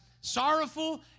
sorrowful